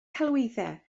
celwyddau